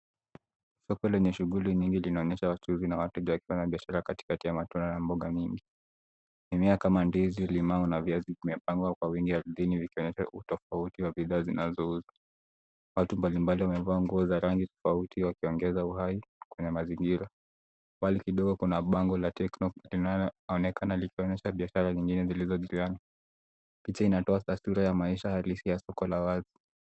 Soko lenye shughuli mingi linaonyesha wachuuzi na wateja wakifanya biashara katikati ya matunda na mboga nyingi. Mimea kama ndizi, ulimau na viazi vimepangwa kwa wingi ardhini vikalete utofauti wa bidhaa zinazouzwa. Watu mbalimbali wamevaa nguo za rangi tofauti wakiongeza uhai kwenye mazingira. Mbali kidogo kuna bango la Tecno linaloonekana likionyesha biashara linaloendelezwa njiani. Picha linatoa taswira ya maisha halisi ya soko ya watu.